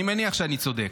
אני מניח שאני צודק.